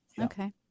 Okay